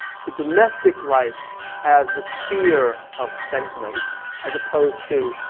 so domestic life as this fear of sentiment as opposed to